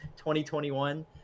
2021